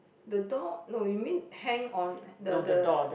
the door no you mean hang on the the